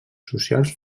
socials